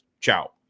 Ciao